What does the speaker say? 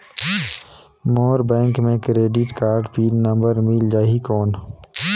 मोर bank मे credit card pin number मिल जाहि कौन?